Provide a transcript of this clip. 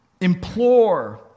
implore